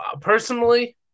Personally